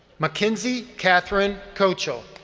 mckenzie katherine kochell.